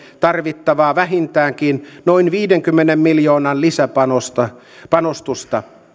tarvittavaa vähintäänkin noin viidenkymmenen miljoonan lisäpanostusta